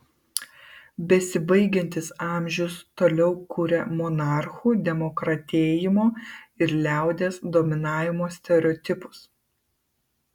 besibaigiantis amžius toliau kuria monarchų demokratėjimo ir liaudies dominavimo stereotipus